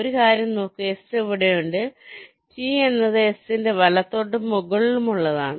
ഒരു കാര്യം നോക്കൂ S ഇവിടെയുണ്ട് T എന്നത് S ന്റെ വലത്തോട്ടും മുകളിലുമുള്ളതാണ്